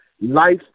Life